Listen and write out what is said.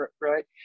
right